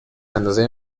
اندازه